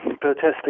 protesting